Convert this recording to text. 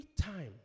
time